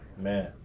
Man